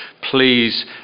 please